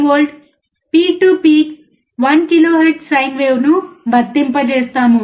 5V peak to peak 1kHz sine వేవ్ను వర్తింపజేస్తాము